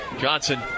Johnson